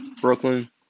Brooklyn